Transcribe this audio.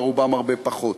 ורובם מקבלים הרבה פחות.